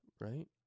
right